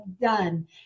done